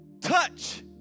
touch